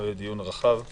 לא יהיה דיון רחב מאוד.